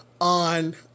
on